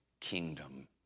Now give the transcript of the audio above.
kingdom